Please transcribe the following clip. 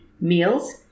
meals